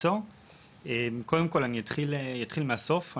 אתחיל מהסוף,